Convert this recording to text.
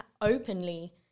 openly